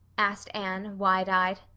asked anne wide-eyed.